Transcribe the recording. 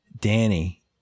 Danny